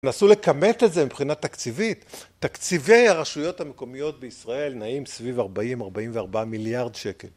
נסו לכמת את זה מבחינה תקציבית, תקציבי הרשויות המקומיות בישראל נעים סביב 40-44 מיליארד שקל.